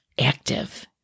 active